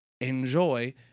enjoy